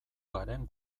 garen